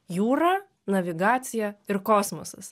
jūra navigacija ir kosmosas